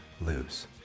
lose